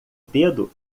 dedo